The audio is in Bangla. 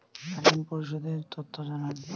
ঋন পরিশোধ এর তথ্য জানান